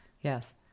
Yes